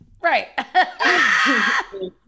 Right